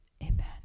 Amen